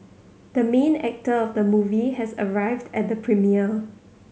the main actor of the movie has arrived at the premiere